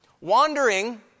Wandering